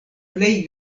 plej